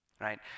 right